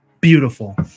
beautiful